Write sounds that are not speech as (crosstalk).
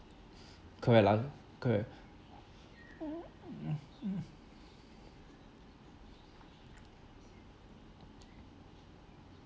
correct lah correct mm mm mm (noise)